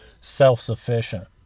self-sufficient